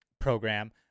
program